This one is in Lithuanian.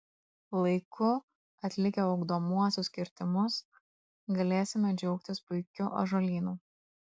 laiku atlikę ugdomuosius kirtimus galėsime džiaugtis puikiu ąžuolynu